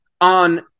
on